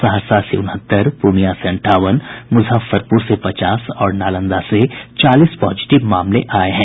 सहरसा से उनहत्तर पूर्णिया से अंठावन मुजफ्फरपुर से पचास और नालंदा से चालीस पॉजिटिव मामले आये हैं